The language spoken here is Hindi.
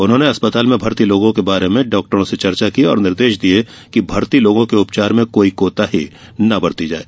उन्होंने अस्पताल में भर्ती मेरीजों को बारे में डॉक्टरों से चर्चा की और निर्देश दिये कि भर्ती लोगों के उपचार में कोई कोताही न बरती जाये